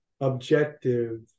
objective